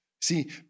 See